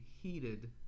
heated